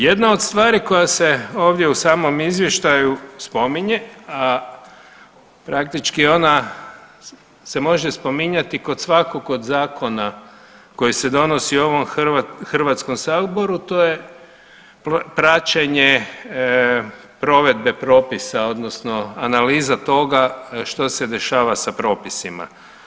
Jedna od stvari koja se ovdje u samom izvještaju spominje, a praktički ona se može spominjati kod svakog od zakona koji se donosi u ovom Hrvatskom saboru, to je praćenje provedbe propisa, odnosno analiza toga što se dešava sa propisima.